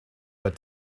but